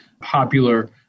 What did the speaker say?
popular